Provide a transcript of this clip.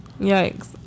Yikes